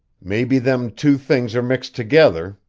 maybe them two things are mixed together,